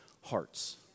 hearts